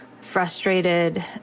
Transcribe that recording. frustrated